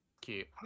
Cute